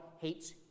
hates